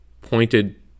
pointed